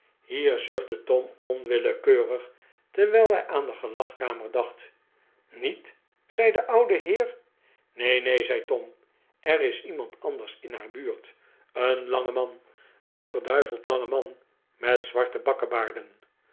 hier zuchtte tom onwillekeurig terwijl hij aan de gelagkamer daeht niet zei de oude heer neen neen zei tom er is iemand anders in haar buurt een lange man een verduiveld lange man met zwarte